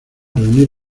reunir